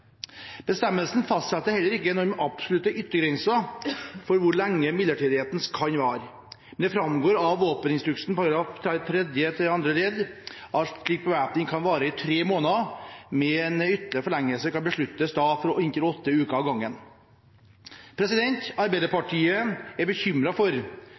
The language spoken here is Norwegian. Bestemmelsen fastsetter heller ikke noen absolutte yttergrenser for hvor lenge midlertidigheten kan vare, men det framgår av våpeninstruksen § 3-2, andre til tredje ledd, at slik bevæpning kan vare i tre måneder, med en ytterligere forlengelse som kan besluttes for inntil åtte uker av gangen.